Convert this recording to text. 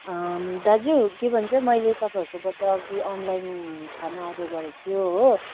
दाजु के भन्छ मैले तपाईँहरूकोबाट अघि अनलाइन खाना अर्डर गरेको थियो हो